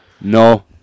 No